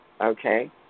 Okay